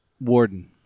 Warden